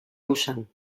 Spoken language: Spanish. usan